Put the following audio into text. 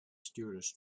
stewardess